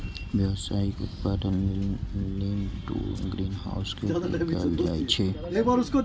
व्यावसायिक उत्पादन लेल लीन टु ग्रीनहाउस के उपयोग कैल जाइ छै